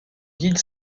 guide